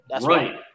Right